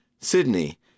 Sydney